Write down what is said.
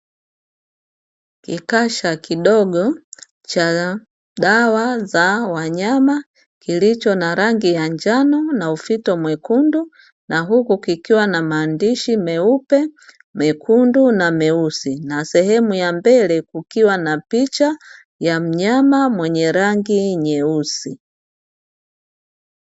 Kikasha kidogo cha dawa za wanyama kilicho na rangi ya njano na ufito mwekundu na huku kikiwa na maandishi meupe, mekundu na meusi na sehemu ya mbele kukiwa na picha ya mnyama mweye rangi nyeusi.